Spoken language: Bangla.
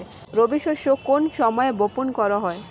রবি শস্য কোন সময় বপন করা হয়?